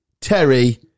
Terry